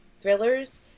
thrillers